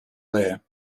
there